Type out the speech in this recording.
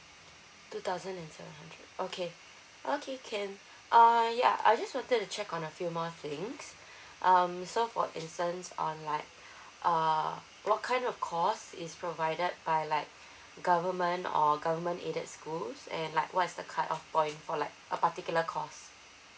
two thousand and seven hundred okay okay can uh ya I just wanted to check on a few more things um so for instance on like uh what kind of course is provided by like government or government aided schools and like what is the cut off point for like a particular course